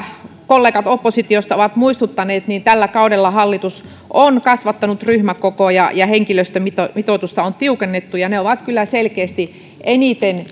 kollegat oppositiosta ovat muistuttaneet tällä kaudella hallitus on kasvattanut ryhmäkokoja ja henkilöstömitoitusta on tiukennettu ne ovat kyllä selkeästi eniten